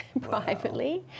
privately